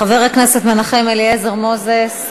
חבר הכנסת מנחם אליעזר מוזס,